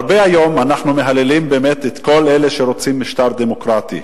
אנחנו מהללים היום הרבה באמת את כל אלה שרוצים משטר דמוקרטי,